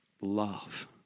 love